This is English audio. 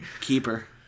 keeper